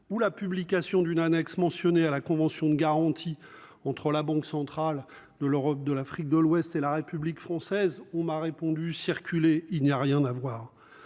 ou la publication d'une annexe mentionné à la convention de garantie entre la Banque centrale de l'Europe de l'Afrique de l'ouest et la République française, on m'a répondu, circulez il n'y a rien à voir.